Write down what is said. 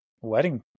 wedding